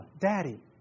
Daddy